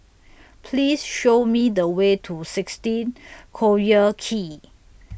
Please Show Me The Way to sixteen Collyer Quay